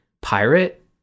pirate